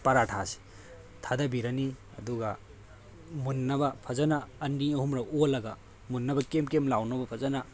ꯄꯔꯥꯊꯥꯁꯦ ꯊꯥꯗꯕꯤꯔꯅꯤ ꯑꯗꯨꯒ ꯃꯨꯟꯅꯕ ꯐꯖꯅ ꯑꯅꯤ ꯑꯍꯨꯝꯂꯛ ꯑꯣꯠꯂꯒ ꯃꯨꯟꯅꯕ ꯀꯦꯝ ꯀꯦꯝ ꯂꯥꯎꯅꯕ ꯐꯖꯅ